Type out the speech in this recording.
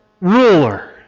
ruler